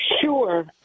Sure